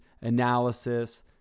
analysis